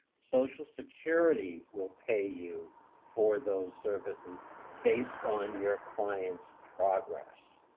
social security will pay you for those services based on your client's progress.